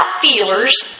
feelers